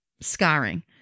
scarring